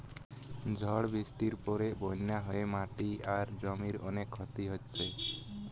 ঝড় বৃষ্টির পরে বন্যা হয়ে মাটি আর জমির অনেক ক্ষতি হইছে